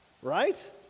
Right